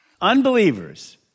Unbelievers